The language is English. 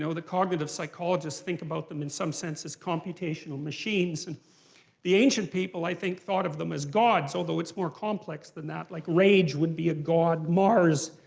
the cognitive psychologists think about them in some sense as computational machines. and the ancient people, i think, thought of them as gods, although it's more complex than that. like rage would be a god. mars,